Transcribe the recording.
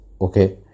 Okay